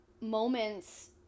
moments